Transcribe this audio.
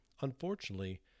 Unfortunately